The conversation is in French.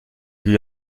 lui